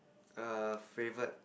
err favourite